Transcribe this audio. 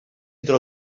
entre